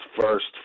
first